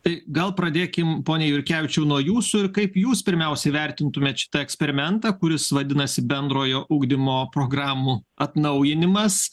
tai gal pradėkim pone jurkevičiau nuo jūsų ir kaip jūs pirmiausiai vertintumėt šitą eksperimentą kuris vadinasi bendrojo ugdymo programų atnaujinimas